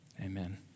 Amen